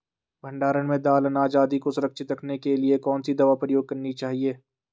भण्डारण में दाल अनाज आदि को सुरक्षित रखने के लिए कौन सी दवा प्रयोग करनी चाहिए?